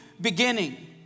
beginning